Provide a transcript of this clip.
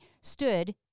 stood